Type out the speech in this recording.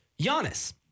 Giannis